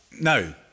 No